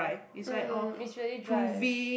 um it's really dry